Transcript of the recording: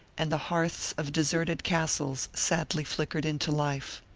and the hearths of deserted castles sadly flickered into life.